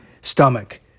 stomach